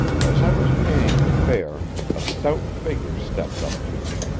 as i was paying the fare, a stout figure stepped up to me.